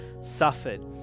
suffered